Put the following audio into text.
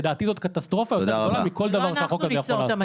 לדעתי זאת קטסטרופה יותר גדולה מכל דבר שהחוק הזה יכול לעשות.